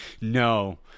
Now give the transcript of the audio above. No